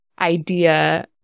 idea